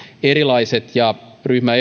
erilaiset ryhmä